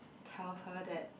tell her that